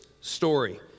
story